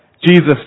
Jesus